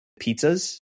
pizzas